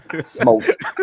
smoked